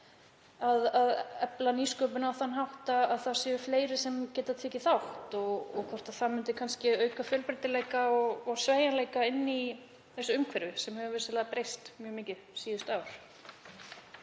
að efla nýsköpun á þann hátt að það séu fleiri sem geta tekið þátt og hvort það myndi kannski auka fjölbreytileika og sveigjanleika í þessu umhverfi, sem hefur vissulega breyst mjög mikið síðustu ár.